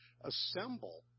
assemble